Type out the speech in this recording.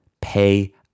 pay